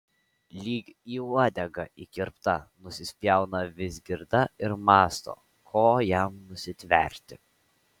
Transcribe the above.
lyg į uodegą įkirpta nusispjauna vizgirda ir mąsto ko jam nusitverti